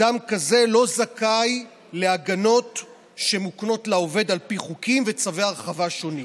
אדם כזה לא זכאי להגנות שמוקנות לעובד על פי חוקים וצווי הרחבה שונים.